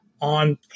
on